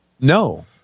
No